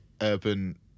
urban